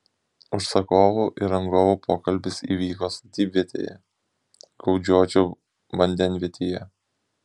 užsakovų ir rangovų pokalbis įvyko statybvietėje gaudžiočių vandenvietėje